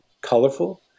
colorful